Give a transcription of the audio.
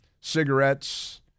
cigarettes